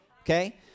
Okay